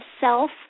self